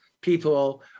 people